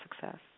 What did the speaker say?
success